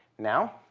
now,